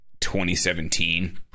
2017